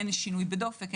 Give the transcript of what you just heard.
אין שינוי בדופק,